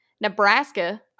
Nebraska